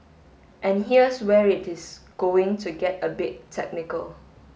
and here's where it is going to get a bit technical